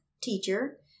teacher